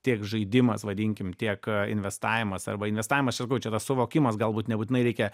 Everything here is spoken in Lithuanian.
tiek žaidimas vadinkim tiek investavimas arba investavimas čia sakau čia tas suvokimas galbūt nebūtinai reikia